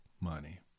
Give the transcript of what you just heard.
money